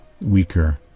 weaker